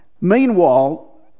Meanwhile